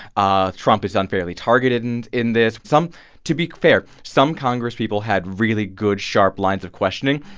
ah trump is unfairly targeted in in this. some to be fair, some congresspeople had really good, sharp lines of questioning.